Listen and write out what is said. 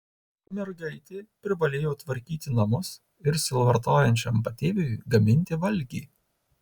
mergaitė privalėjo tvarkyti namus ir sielvartaujančiam patėviui gaminti valgį